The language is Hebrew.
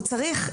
הוא צריך,